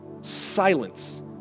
Silence